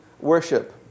Worship